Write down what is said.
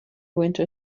winter